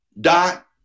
dot